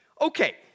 Okay